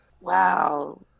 Wow